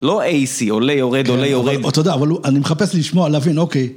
לא אייסי, עולה יורד, עולה יורד. אתה יודע, אבל אני מחפש לשמוע, להבין, אוקיי.